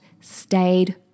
stayed